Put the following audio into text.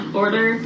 order